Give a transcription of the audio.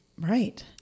Right